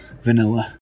vanilla